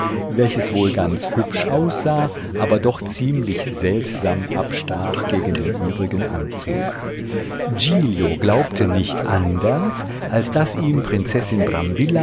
welches wohl ganz hübsch aussah doch aber ziemlich seltsam abstach gegen den übrigen anzug giglio glaubte nicht anders als daß ihm